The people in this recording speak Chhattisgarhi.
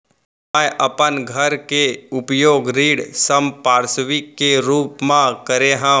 मै अपन घर के उपयोग ऋण संपार्श्विक के रूप मा करे हव